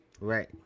Right